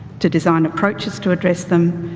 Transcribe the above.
to design approaches to address them,